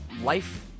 life